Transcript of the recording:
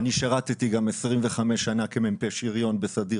אני שירתי 25 שנים כמ"פ שריון בסדיר,